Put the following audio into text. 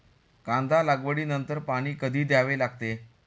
कांदा लागवडी नंतर पाणी कधी द्यावे लागते?